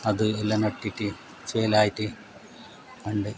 അത് എല്ലാം നട്ടിട്ട് ചേലായിട്ട് കണ്ട്